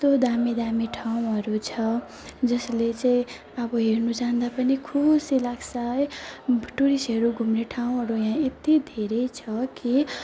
यस्तो दामी दामी ठाउँहरू छ जसले चाहिँ अब हेर्नु जाँदा पनि खुसी लाग्छ है टुरिस्टहरू घुम्ने ठाउँहरू यहाँ यति धेरै छ कि